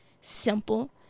simple